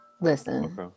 Listen